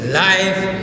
life